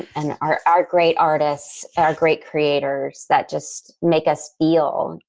and our our great artists, our great creators that just make us feel.